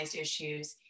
issues